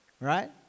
Right